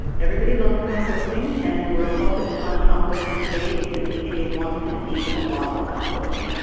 everybody loves composting, and we're focused on composting today because epa wants to see a lot more composting.